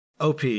OP